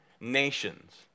nations